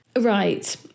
Right